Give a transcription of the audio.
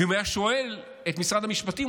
ואם הוא היה שואל את משרד המשפטים,